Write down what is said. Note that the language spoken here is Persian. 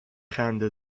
خنده